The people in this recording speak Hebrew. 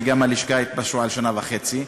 וגם בלשכה התפשרו על שנה וחצי.